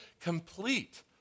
complete